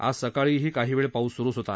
आज सकाळीही काही वळ पाऊस सुरूच होता